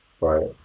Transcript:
Right